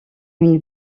une